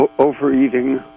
overeating